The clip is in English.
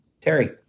Terry